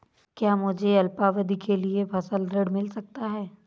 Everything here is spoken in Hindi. क्या मुझे अल्पावधि के लिए फसल ऋण मिल सकता है?